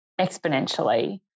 exponentially